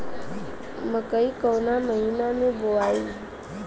मकई कवना महीना मे बोआइ?